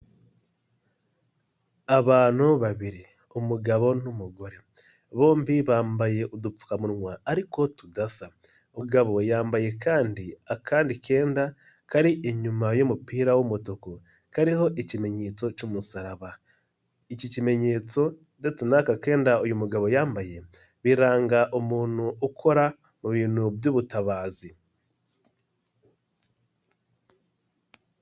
Abantu babiri umugabo n'umugore, bombi bambaye udupfukamunwa ariko tudasa umugabo yambaye kandi, akandi kenda kari inyuma y'umupira w'umutuku, kariho ikimenyetso cy'umusaraba. Iki kimenyetso ndetse n'aka kenda uyu mugabo yambaye, biranga umuntu ukora mu bintu by'ubutabazi.